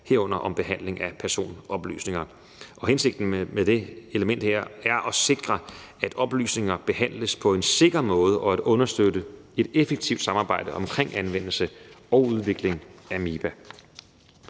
herunder om behandling af personoplysninger. Hensigten med det element her er at sikre, at oplysninger behandles på en sikker måde, og at understøtte et effektivt samarbejde om anvendelsen og udviklingen af MiBa.